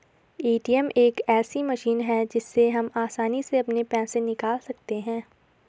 ATM एक ऐसी machine है जिससे हम आसानी से अपने पैसे निकाल सकते हैं